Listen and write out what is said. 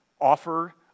offer